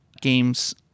games